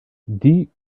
die